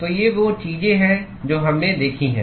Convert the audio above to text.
तो ये वो चीजें हैं जो हमने देखी हैं